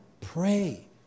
Pray